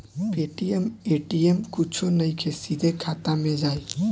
Paytm ATM कुछो नइखे, सीधे खाता मे जाई